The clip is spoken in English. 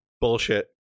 Bullshit